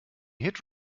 hit